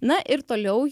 na ir toliau